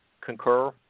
concur